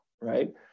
right